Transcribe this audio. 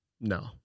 no